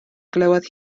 glywodd